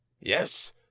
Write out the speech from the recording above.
yes